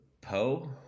poe